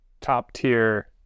top-tier